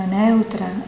neutra